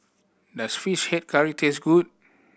does Fish Head Curry taste good